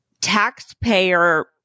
taxpayer